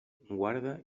guarda